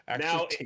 now